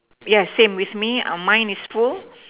yes same with me mine is full